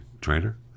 trainer